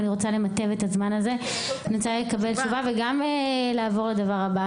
ואני רוצה לנתב את הזמן הזה ולקבל תשובה וגם לעבור לדבר הבא.